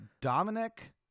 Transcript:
Dominic